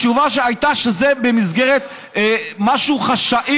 והתשובה הייתה שזה במסגרת משהו חשאי,